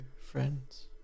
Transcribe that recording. friends